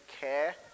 care